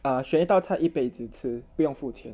uh 选一道菜一辈子吃不用付钱